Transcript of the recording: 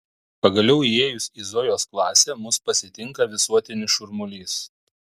pagaliau įėjus į zojos klasę mus pasitinka visuotinis šurmulys